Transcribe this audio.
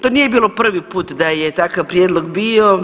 To nije bilo prvi put da je takav prijedlog bio.